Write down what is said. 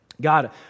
God